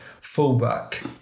fullback